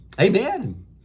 Amen